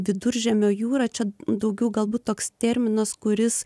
viduržemio jūrą čia daugiau galbūt toks terminas kuris